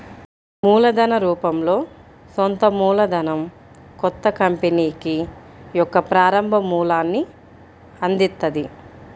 మూలధన రూపంలో సొంత మూలధనం కొత్త కంపెనీకి యొక్క ప్రారంభ మూలాన్ని అందిత్తది